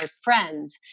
friends